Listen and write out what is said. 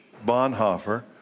Bonhoeffer